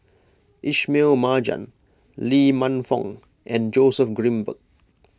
Ismail Marjan Lee Man Fong and Joseph Grimberg